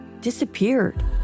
Disappeared